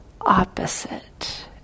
opposite